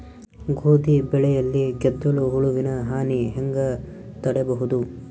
ಗೋಧಿ ಬೆಳೆಯಲ್ಲಿ ಗೆದ್ದಲು ಹುಳುವಿನ ಹಾನಿ ಹೆಂಗ ತಡೆಬಹುದು?